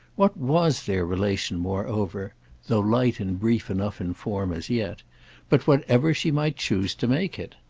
what was their relation moreover though light and brief enough in form as yet but whatever she might choose to make it?